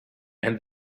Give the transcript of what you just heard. and